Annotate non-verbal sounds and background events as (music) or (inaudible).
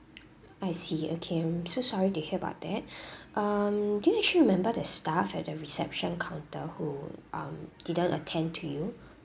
(noise) I see okay I'm so sorry to hear about that (breath) um do you actually remember the staff at the reception counter who um didn't attend to you